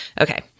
Okay